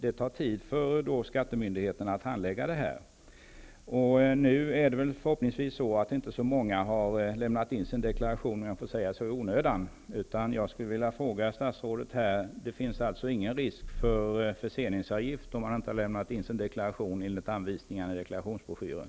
Det tar tid för skattemyndigheterna att handlägga det här. Det är förhoppningsvis, om jag får säga så, inte så många som har lämnat in deklaration i onödan. Är det så, statsrådet, att det inte finns någon risk för förseningsavgift om man inte har lämnat in sin deklaration enligt anvisningarna i deklarationsbroschyren?